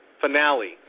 finale